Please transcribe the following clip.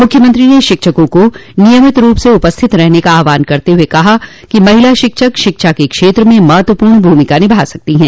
मुख्यमंत्री ने शिक्षकों को नियमित रूप से उपस्थित रहने का आह्वान करते हुए कहा कि महिला शिक्षक शिक्षा के क्षेत्र में महत्वपूर्ण भूमिका निभा सकतो ह